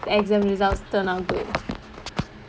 exam results turn out good